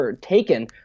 taken